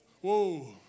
Whoa